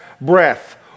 breath